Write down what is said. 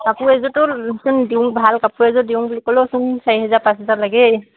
কাপোৰ এযোৰটো চোন দিওঁ ভাল কাপোৰ এযোৰ দিওঁ বুলি ক'লেওচোন চাৰি হজাৰ পাঁচ হেজাৰ লাগেই